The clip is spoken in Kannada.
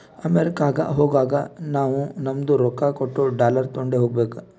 ಅಮೆರಿಕಾಗ್ ಹೋಗಾಗ ನಾವೂ ನಮ್ದು ರೊಕ್ಕಾ ಕೊಟ್ಟು ಡಾಲರ್ ತೊಂಡೆ ಹೋಗ್ಬೇಕ